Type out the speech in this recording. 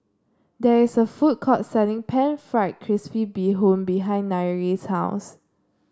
there is a food court selling pan fried crispy Bee Hoon behind Nyree's house